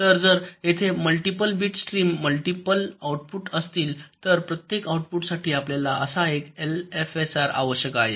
तर जर तेथे multiple bit stream multiple output असतील तर प्रत्येक आउटपुटसाठी आपल्याला असा एक एलएफएसआर आवश्यक आहे